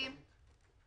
בישיבה.